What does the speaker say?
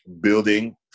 building